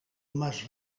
mas